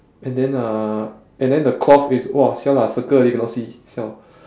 and then uh and then the cloth is !wah! !siala! circle already cannot see siao